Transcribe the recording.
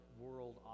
world